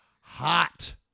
hot